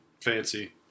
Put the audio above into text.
fancy